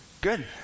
Good